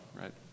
right